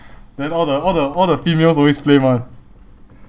then all the all the all the females always plain [one]